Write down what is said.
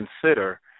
consider